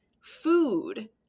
Food